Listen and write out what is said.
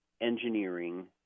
engineering